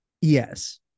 Yes